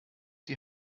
die